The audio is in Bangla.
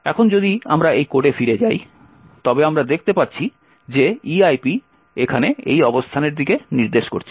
এখন যদি আমরা এই কোডে ফিরে যাই তবে আমরা দেখতে পাচ্ছি যে eip এখানে এই অবস্থানের দিকে নির্দেশ করছে